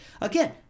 Again